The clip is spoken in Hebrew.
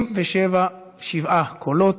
הצביעו 57 קולות,